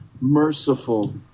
merciful